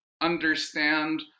understand